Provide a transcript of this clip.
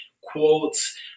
quotes